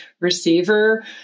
receiver